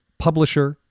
publisher.